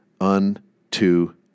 unto